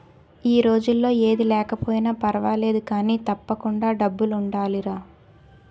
ఈ రోజుల్లో ఏది లేకపోయినా పర్వాలేదు కానీ, తప్పకుండా డబ్బులుండాలిరా